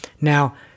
Now